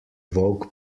volk